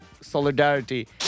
solidarity